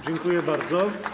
Dziękuję bardzo.